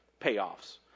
payoffs